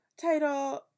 Title